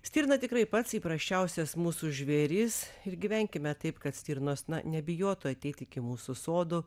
stirna tikrai pats įprasčiausias mūsų žvėris ir gyvenkime taip kad stirnos na nebijotų ateit iki mūsų sodų